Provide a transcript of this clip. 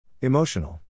Emotional